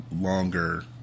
longer